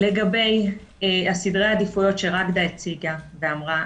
לגבי סדרי העדיפויות שרגדה הציגה ואמרה,